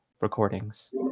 recordings